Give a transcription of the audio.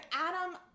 Adam